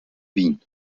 wien